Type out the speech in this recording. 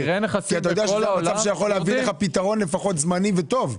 כי אתה יודע שזה המצב שיכול להביא לך פתרון לפחות זמני וטוב.